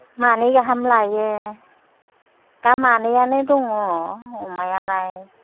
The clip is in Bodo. मानै गाहाम लायो दा मानैयानो दङ अमायालाय